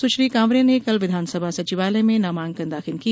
सुश्री कांवरे ने कल विधानसभा सचिवालय में नामांकन दाखिल किया